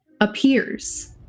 appears